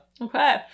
Okay